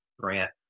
grant